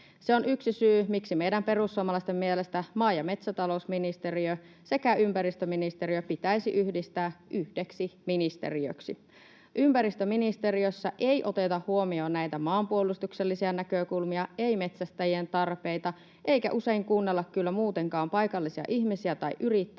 Se on yksi syy, miksi meidän perussuomalaisten mielestä maa‑ ja metsätalousministeriö sekä ympäristöministeriö pitäisi yhdistää yhdeksi ministeriöksi. Ympäristöministeriössä ei oteta huomioon näitä maanpuolustuksellisia näkökulmia, ei metsästäjien tarpeita eikä usein kuunnella kyllä muutenkaan paikallisia ihmisiä tai yrittäjiä